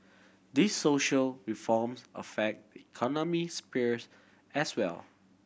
these social reforms affect the economic spheres as well